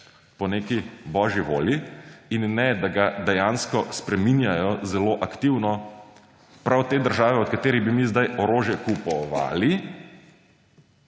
po neki božji volji, in ne, da ga dejansko spreminjajo zelo aktivno prav te države, od katerih bi mi zdaj orožje kupovali